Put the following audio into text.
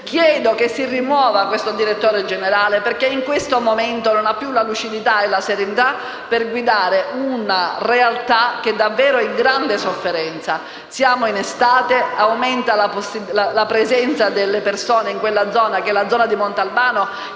Chiedo che si rimuova il direttore generale, perché in questo momento non ha più la lucidità e la serenità per guidare una realtà davvero in grande sofferenza. Siamo in estate, aumenta la presenza delle persone in quella zona, quella di Montalbano